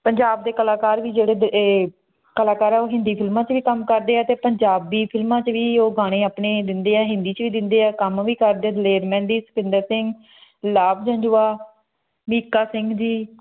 ਪੰਜਾਬ ਦੇ ਕਲਾਕਾਰ ਵੀ ਜਿਹੜੇ ਦੇ ਏ ਕਲਾਕਾਰ ਆ ਉਹ ਹਿੰਦੀ ਫਿਲਮਾਂ 'ਚ ਵੀ ਕੰਮ ਕਰਦੇ ਆ ਅਤੇ ਪੰਜਾਬੀ ਫਿਲਮਾਂ 'ਚ ਵੀ ਉਹ ਗਾਣੇ ਆਪਣੇ ਦਿੰਦੇ ਆ ਹਿੰਦੀ 'ਚ ਵੀ ਦਿੰਦੇ ਆ ਕੰਮ ਵੀ ਕਰਦੇ ਦਲੇਰ ਮਹਿੰਦੀ ਸਤਿੰਦਰ ਸਿੰਘ ਲਾਭ ਜੰਜੂਆ ਮੀਕਾ ਸਿੰਘ ਜੀ